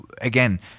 again